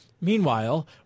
Meanwhile